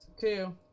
Two